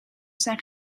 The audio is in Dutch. zijn